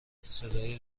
صدای